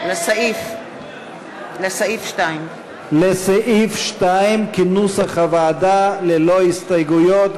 לסעיף 2 כנוסח הוועדה, ללא הסתייגויות.